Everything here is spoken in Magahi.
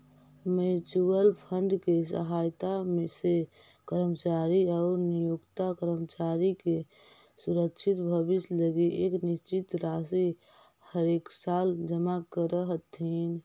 म्यूच्यूअल फंड के सहायता से कर्मचारी आउ नियोक्ता कर्मचारी के सुरक्षित भविष्य लगी एक निश्चित राशि हरेकसाल जमा करऽ हथिन